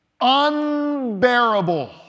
unbearable